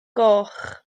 goch